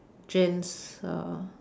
gents uh